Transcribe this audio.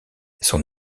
son